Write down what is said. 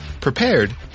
prepared